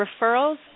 referrals